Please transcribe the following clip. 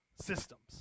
systems